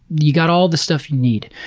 you've got all the stuff you need.